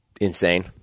insane